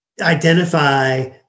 identify